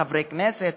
חברי כנסת,